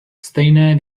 stejné